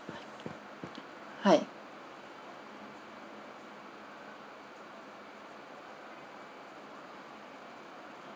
hi